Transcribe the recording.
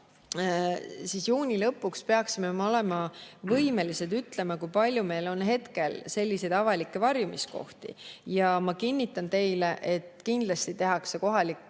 juuni lõpuks peaksime me olema võimelised ütlema, kui palju meil on selliseid avalikke varjumiskohti. Ma kinnitan teile, et kindlasti tehakse kohalike